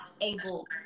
able